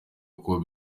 kuko